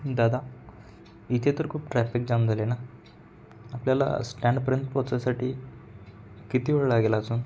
दादा इथे तर खूप ट्रॅफिक जाम झाले ना आपल्याला स्टँडपर्यंत पोचायसाठी किती वेळ लागेल अजून